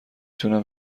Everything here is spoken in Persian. تونم